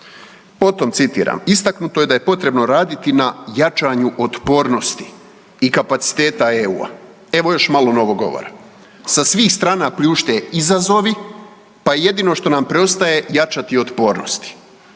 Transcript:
Potom citiram, istaknuto je da je potrebno raditi na jačanju otpornosti i kapaciteta EU-a. Evo još malo novog govora. Sa svih strana pljušte izazovi, pa je jedino što nam preostaje jačati otpornosti.